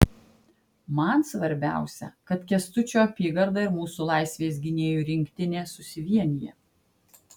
man svarbiausia kad kęstučio apygarda ir mūsų laisvės gynėjų rinktinė susivienija